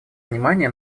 внимание